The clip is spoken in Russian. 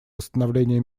восстановления